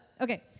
okay